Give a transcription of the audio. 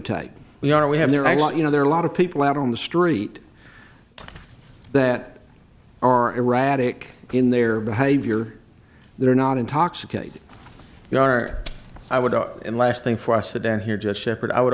tag we are we have there i want you know there are a lot of people out on the street that are erratic in their behavior they're not intoxicated you are i would in last thing for us a down here just shepherd i would